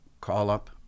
call-up